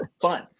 fun